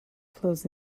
flows